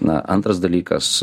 na antras dalykas